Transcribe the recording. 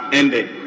ended